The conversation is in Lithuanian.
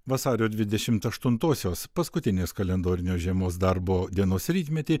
vasario dvidešimt aštuntosios paskutinės kalendorinio žiemos darbo dienos rytmetį